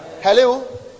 hello